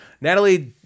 Natalie